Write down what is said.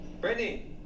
Brittany